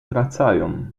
wracają